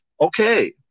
okay